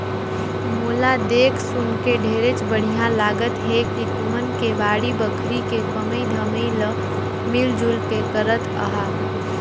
मोला देख सुनके ढेरेच बड़िहा लागत हे कि तुमन के बाड़ी बखरी के कमई धमई ल मिल जुल के करत अहा